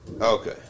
Okay